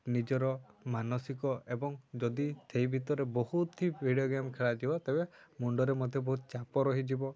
ନିଜର ମାନସିକ ଏବଂ ଯଦି ସେଇ ଭିତରେ ବହୁତ ହିଁ ଭିଡ଼ିଓ ଗେମ୍ ଖେଳାଯିବ ତେବେ ମୁଣ୍ଡରେ ମଧ୍ୟ ବହୁତ ଚାପ ରହିଯିବ